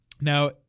Now